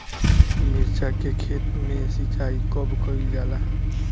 मिर्चा के खेत में सिचाई कब कइल जाला?